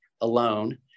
alone